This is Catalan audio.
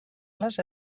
les